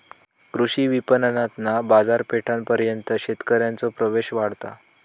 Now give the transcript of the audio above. कृषी विपणणातना बाजारपेठेपर्यंत शेतकऱ्यांचो प्रवेश वाढता